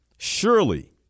Surely